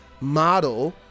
model